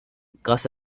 grâce